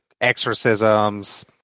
exorcisms